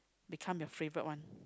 become your favourite one